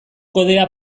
kodea